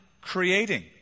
creating